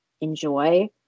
enjoy